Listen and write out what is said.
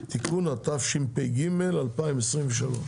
(תיקון), התשפ"ג-2023.